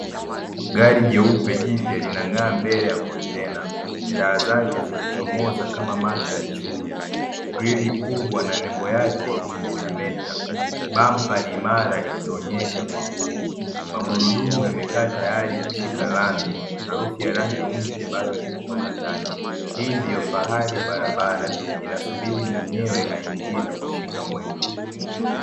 Gari jeupe jipya linang'aa mbele ya kontena, taa zake zikichomoza kama macho ya chui, "grill" kubwa na nembo yake ikimetameta, bampa imara ikionyesha kwa nguvu, magurudumu yamekaa tayari kushika lami, harufu ya rangi mpya bado imetoka ndani. Hii ndio fahari ya barabara inasubiri mwenyewe aingine na kushika mwendo.